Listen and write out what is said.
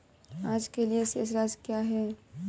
आज के लिए शेष राशि क्या है?